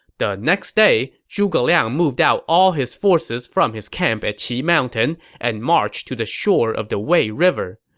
the next day, zhuge liang moved out all his forces from his camp at qi mountain and marched to the shore of the wei river.